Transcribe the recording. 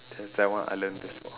that one I learn before